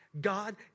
God